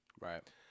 right